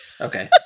Okay